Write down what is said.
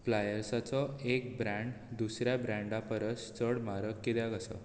प्लायर्सांचो एक ब्रँड दुसऱ्या ब्रँडा परस चड म्हारग कित्याक आसता